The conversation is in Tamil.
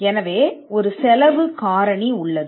எனவே ஒரு செலவு காரணி உள்ளது